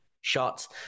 shots